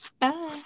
Bye